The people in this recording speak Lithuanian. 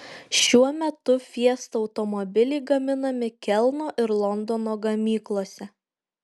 šiuo metu fiesta automobiliai gaminami kelno ir londono gamyklose